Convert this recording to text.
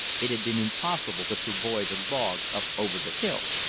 it had been impossible to travoy the logs up over the hill.